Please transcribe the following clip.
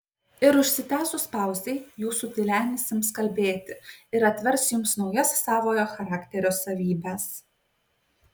ir užsitęsus pauzei jūsų tylenis ims kalbėti ir atvers jums naujas savojo charakterio savybes